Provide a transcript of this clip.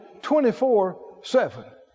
24-7